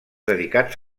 dedicats